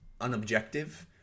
unobjective